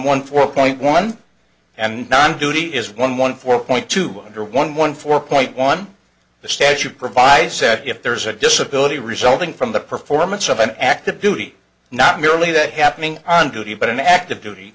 one four point one and nine duty is one one four point two under one one four point one the statute provides said if there's a disability resulting from the performance of an active duty not merely that happening on duty but an active duty